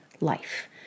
life